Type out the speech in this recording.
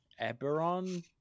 Eberron